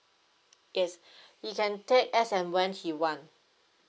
yes he can take as and when he want